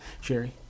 Sherry